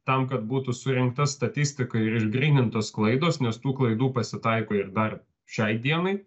tam kad būtų surinkta statistika ir išgrynintos klaidos nes tų klaidų pasitaiko ir dar šiai dienai